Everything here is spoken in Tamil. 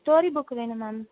ஸ்டோரி புக்கு வேணும் மேம்